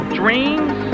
dreams